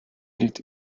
liegt